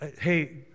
hey